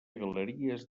galeries